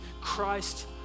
Christ